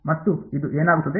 ಮತ್ತು ಇದು ಏನಾಗುತ್ತದೆ